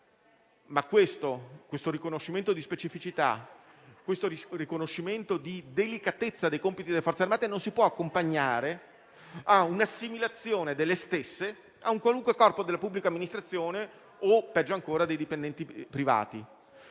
questo riconoscimento della delicatezza dei compiti delle Forze armate, non si può accompagnare a una assimilazione delle stesse a un qualunque corpo della pubblica amministrazione o, peggio ancora, a dei dipendenti privati.